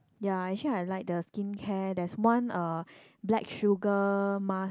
ya actually I like the skincare there's one uh black sugar mask